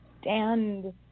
stand